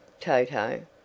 TOTO